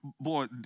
Boy